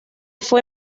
fue